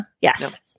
yes